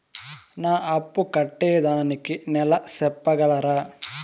నా అప్పు కట్టేదానికి నెల సెప్పగలరా?